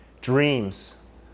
dreams